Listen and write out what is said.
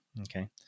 Okay